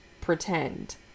pretend